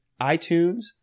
iTunes